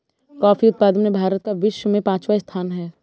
coffee उत्पादन में भारत का विश्व में पांचवा स्थान है